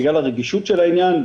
בגלל הרגישות של העניין,